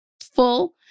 full